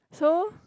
so